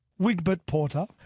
Wigbert-Porter